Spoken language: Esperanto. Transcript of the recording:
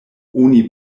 oni